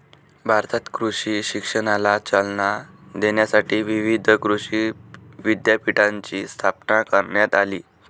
भारतात कृषी शिक्षणाला चालना देण्यासाठी विविध कृषी विद्यापीठांची स्थापना करण्यात आली